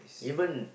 even